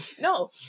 No